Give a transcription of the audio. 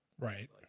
Right